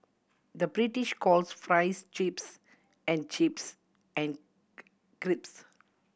the British calls fries chips and chips and crisps